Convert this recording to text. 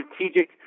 strategic